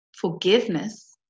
Forgiveness